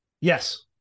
Yes